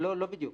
לא בדיוק.